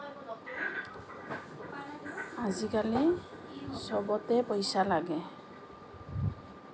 আজিকালি সবতে পইচা লাগে